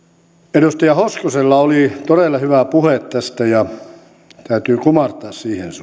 edustaja hoskosella oli todella hyvä puhe tästä ja täytyy kumartaa siihen suuntaan